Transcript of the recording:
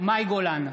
מאי גולן,